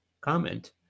comment